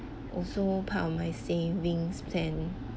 also part of my savings plan